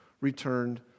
returned